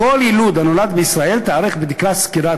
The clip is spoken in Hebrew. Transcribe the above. (ב) לכל יילוד הנולד בישראל תיערך בדיקת סקירה